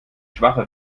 schwache